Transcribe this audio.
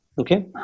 Okay